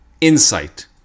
insight